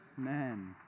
Amen